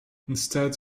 instead